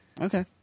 Okay